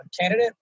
candidate